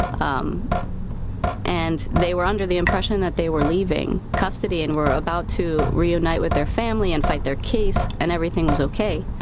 um and they were under the impression that they were leaving custody and we're about to reunite with their family and fight their case and everything was okay.